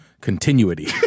continuity